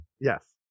yes